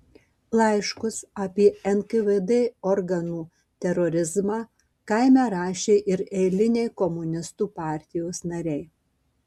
laiškus apie nkvd organų terorizmą kaime rašė ir eiliniai komunistų partijos nariai